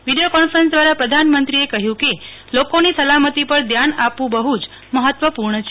video conference દવારા પ્રધાનમંત્રીઅ કહયું કે લોકોની સલામતી પર ધ્યાન આપવું બહ જ મહત્વપૂર્ણ છે